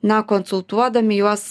na konsultuodami juos